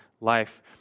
life